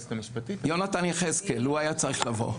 יהונתן יחזקאל, הוא היה צריך לבוא.